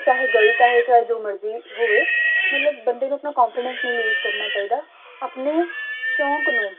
ਚਾਹੇ ਗਲਤ ਆਏ ਚਾਹੇ ਜੋ ਮਰਜ਼ੀ ਹੋਵੇ ਮਤਲਬ ਬੰਦੇ ਨੂੰ ਆਪਣਾ ਕੋਨਫੀਡੈਂਸ ਨਹੀਂ ਲੂਜ ਕਰਨਾ ਚਾਹੀਦਾ ਆਪਣੇ ਸ਼ੌਕ ਨੂੰ